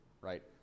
right